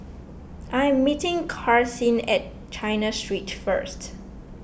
I am meeting Karsyn at China Street first